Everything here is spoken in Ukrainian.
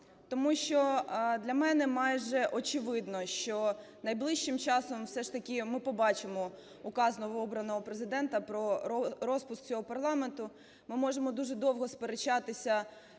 Тому що для мене майже очевидно, що найближчим часом все ж таки ми побачимо указ новообраного Президента про розпуск цього парламенту. Ми можемо дуже довго сперечатися,